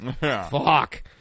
Fuck